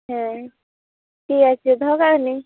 ᱦᱮᱸ ᱴᱷᱤᱠᱟᱪᱷᱮ ᱫᱚᱦᱚᱠᱟᱜ ᱠᱟᱹᱱᱟ ᱧ